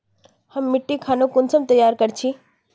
हम मिट्टी खानोक कुंसम तैयार कर छी?